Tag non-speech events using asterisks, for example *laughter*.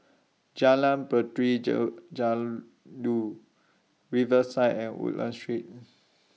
Jalan Puteri *unintelligible* Riverside and Woodlands Street